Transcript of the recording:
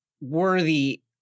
worthy